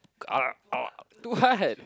too hard